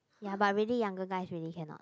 ya really younger guys really cannot